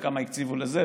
וכמה הקציבו לזה,